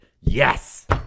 Yes